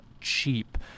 cheap